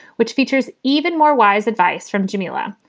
which features even more wise advice from djamila.